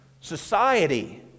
society